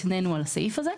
התנינו על הסעיף הזה.